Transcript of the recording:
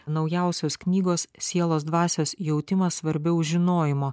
naujausios knygos sielos dvasios jautimas svarbiau žinojimo